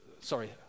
sorry